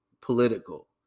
political